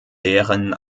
deren